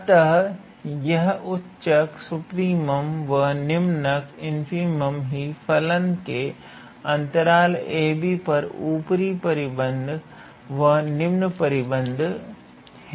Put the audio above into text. अतः यह उच्चक व निम्नक ही फलन के अंतराल 𝑎𝑏 पर ऊपरी परिबद्ध व निम्न परिबद्ध हैं